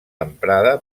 emprada